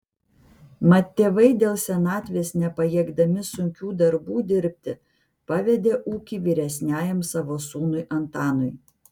mat tėvai dėl senatvės nepajėgdami sunkių darbų dirbti pavedė ūkį vyresniajam savo sūnui antanui